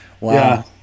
wow